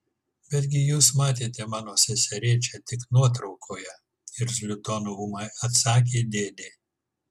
betgi jūs matėte mano seserėčią tik nuotraukoje irzliu tonu ūmai atsakė dėdė